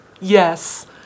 Yes